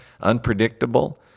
unpredictable